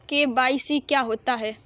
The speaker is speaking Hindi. के.वाई.सी क्या है?